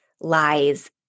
lies